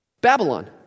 Babylon